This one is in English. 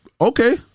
Okay